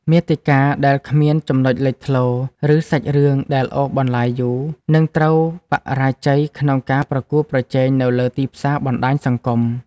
មាតិកាដែលគ្មានចំណុចលេចធ្លោ ឬសាច់រឿងដែលអូសបន្លាយយូរ នឹងត្រូវបរាជ័យក្នុងការប្រកួតប្រជែងនៅលើទីផ្សារបណ្ដាញសង្គម។